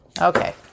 Okay